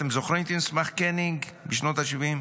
אתם זוכרים כי מסמך קניג בשנות השבעים?